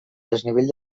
desnivell